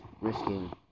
risking